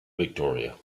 victoria